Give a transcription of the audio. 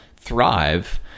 Thrive